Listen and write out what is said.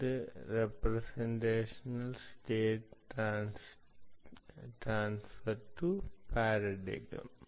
ഇത് representational state transfer to paradigm